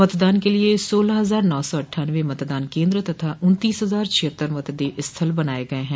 मतदान के लिये सोलह हजार नौ सौ अट्ठानवे मतदान केन्द्र तथा उन्तीस हजार छिहत्तर मतदेय स्थल बनाये गये हैं